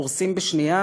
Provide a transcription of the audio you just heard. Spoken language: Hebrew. הורסים בשנייה,